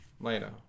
Later